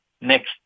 next